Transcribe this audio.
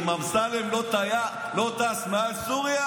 אם אמסלם לא טס מעל סוריה,